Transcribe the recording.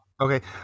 Okay